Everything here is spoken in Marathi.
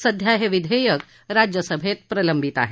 सद्या हे विधेयक राज्यसभेत प्रलंबित आहे